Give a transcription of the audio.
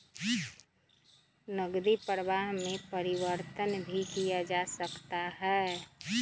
नकदी प्रवाह में परिवर्तन भी किया जा सकता है